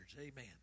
amen